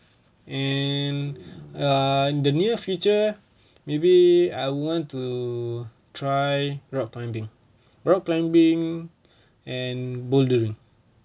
and err in the near future maybe I want to try rock climbing rock climbing and bouldering